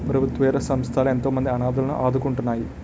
ప్రభుత్వేతర సంస్థలు ఎంతోమంది అనాధలను ఆదుకుంటున్నాయి